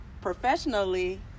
professionally